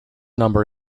number